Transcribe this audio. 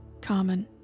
Carmen